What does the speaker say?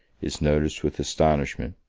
is noticed with astonishment,